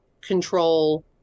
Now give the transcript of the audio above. control